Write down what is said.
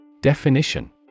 Definition